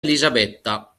elisabetta